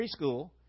preschool